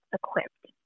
equipped